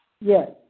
Yes